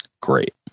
great